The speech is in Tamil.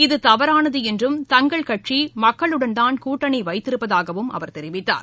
இது தவறானது என்றும் தங்கள் கட்சி மக்களுடன் தான் கூட்டணி வைத்திருப்பதாகவும் அவர் தெரிவித்தார்